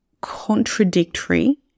contradictory